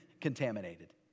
contaminated